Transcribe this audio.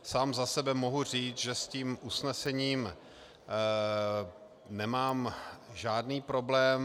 Sám za sebe mohu říct, že s tím usnesením nemám žádný problém.